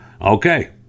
Okay